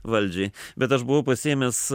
valdžiai bet aš buvau pasiėmęs